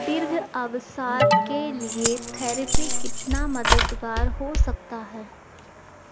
दीर्घ अवसाद के लिए थेरेपी कितना मददगार हो सकता है